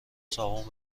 صابون